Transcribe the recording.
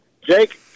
Jake